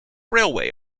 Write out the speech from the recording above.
railway